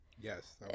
Yes